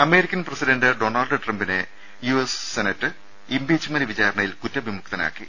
ന American president Donald ട്രംപിനെ U S senate impeachment വിചാരണയിൽ കുറ്റവിമുക്തനാക്കി